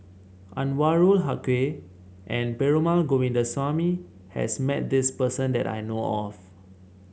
Anwarul Haque and Perumal Govindaswamy has met this person that I know of